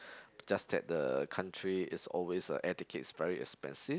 just that the country is always the air ticket is very expensive